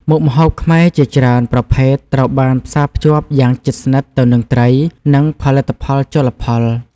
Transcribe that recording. មុខម្ហូបខ្មែរជាច្រើនប្រភេទត្រូវបានផ្សារភ្ជាប់យ៉ាងជិតស្និទ្ធទៅនឹងត្រី និងផលិតផលជលផល។